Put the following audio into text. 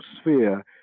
sphere